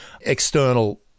external